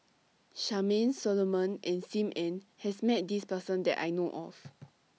Charmaine Solomon and SIM Ann has Met This Person that I know of